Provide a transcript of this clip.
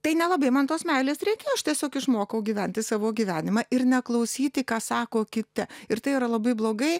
tai nelabai man tos meilės reikėjo aš tiesiog išmokau gyventi savo gyvenimą ir neklausyti ką sako kiti ir tai yra labai blogai